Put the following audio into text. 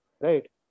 right